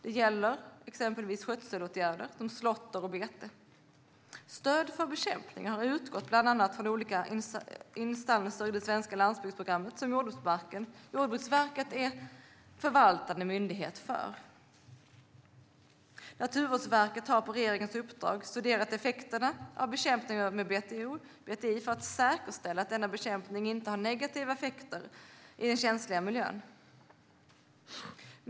Det gäller exempelvis skötselåtgärder som slåtter och bete. Stöd för bekämpning har utgått bland annat från olika insatser i det svenska landsbygdsprogrammet som Jordbruksverket är förvaltande myndighet för. Naturvårdsverket har på regeringens uppdrag studerat effekterna av bekämpningen med BTI för att säkerställa att denna bekämpning inte har negativa effekter i den känsliga miljön.